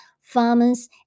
farmers